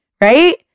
right